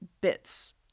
bits